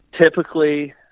typically